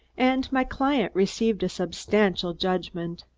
and my client received a substantial judgment.